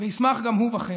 וישמח גם הוא בכם.